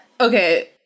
Okay